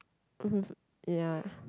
ya